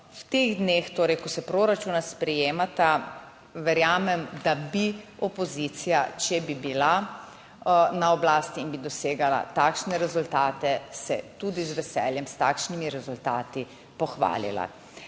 V teh dneh torej, ko se proračuna sprejemata, verjamem, da bi opozicija, če bi bila na oblasti in bi dosegala takšne rezultate, se tudi z veseljem s takšnimi rezultati pohvalila.